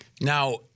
Now